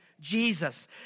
Jesus